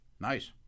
Nice